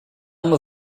uma